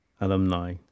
alumni